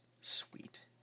Sweet